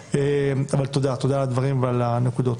אבל תודה על הדברים ועל הנקודות.